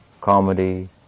comedy